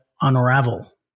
unravel